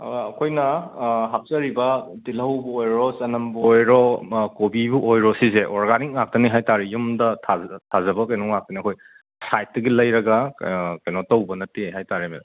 ꯑꯩꯈꯣꯏꯅ ꯍꯥꯞꯆꯔꯤꯕ ꯇꯤꯜꯍꯧꯕꯨ ꯑꯣꯏꯔꯣ ꯆꯅꯝꯕꯨ ꯑꯣꯏꯔꯣ ꯀꯣꯕꯤꯕꯨ ꯑꯣꯏꯔꯣ ꯁꯤꯖꯦ ꯑꯣꯔꯒꯥꯅꯤꯛ ꯉꯥꯛꯇꯅꯤ ꯍꯥꯏ ꯇꯥꯔꯦ ꯌꯨꯝꯗ ꯊꯥꯖ ꯊꯥꯖꯕ ꯀꯩꯅꯣ ꯉꯥꯛꯇꯅꯤ ꯑꯩꯈꯣꯏ ꯁꯥꯏꯠꯇꯒꯤ ꯂꯩꯔꯒ ꯀꯩꯅꯣ ꯇꯧꯕ ꯅꯠꯇꯦ ꯍꯥꯏ ꯇꯥꯔꯦ ꯃꯦꯗꯥꯝ